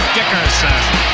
Dickerson